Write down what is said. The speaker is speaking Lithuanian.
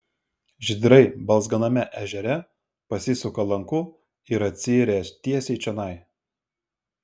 žydrai balzganame ežere pasisuka lanku ir atsiiria tiesiai čionai